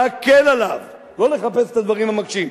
להקל עליו, לא לחפש את הדברים המקשים.